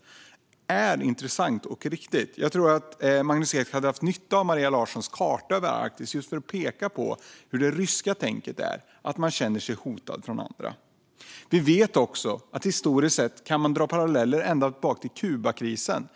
- är intressant och riktigt. Jag tror att Magnus Ek hade haft nytta av Maria Nilssons karta över Arktis just för att peka på hur det ryska tänket är. Man känner sig hotad av andra. Vi vet också att man historiskt kan dra paralleller ända tillbaka till Kubakrisen.